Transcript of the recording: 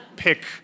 pick